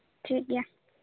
ᱴᱷᱤᱠ ᱜᱮᱭᱟ